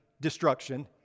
destruction